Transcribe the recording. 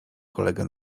kolegę